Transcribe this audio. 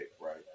right